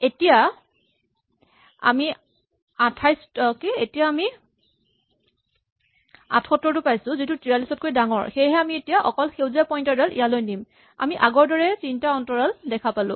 এতিয়া আমি ৭৮ পালো যিটো ৪৩ তকৈ ডাঙৰ সেয়েহে আমি এতিয়া অকল সেউজীয়া পইন্টাৰ ডাল ইয়ালৈ নিম আমি আগৰ দৰে তিনিটা অন্তৰাল দেখা পালো